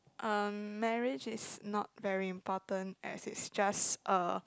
um marriage is not very important as it's just a